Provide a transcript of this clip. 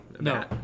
no